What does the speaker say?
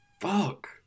Fuck